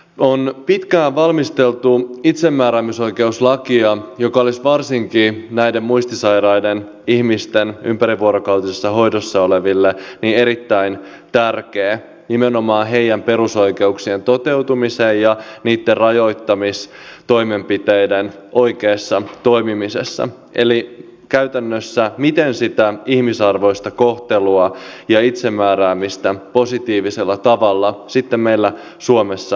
on pitkään valmisteltu itsemääräämisoikeuslakia joka olisi varsinkin näille ympärivuorokautisessa hoidossa oleville muistisairaille ihmisille erittäin tärkeä nimenomaan heidän perusoikeuksiensa toteutumisen ja niiden rajoittamistoimenpiteiden oikeassa toimimisessa eli käytännössä siinä miten sitä ihmisarvoista kohtelua ja itsemääräämistä positiivisella tavalla sitten meillä suomessa tuettaisiin